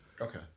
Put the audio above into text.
Okay